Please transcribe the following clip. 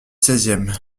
seizième